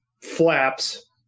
flaps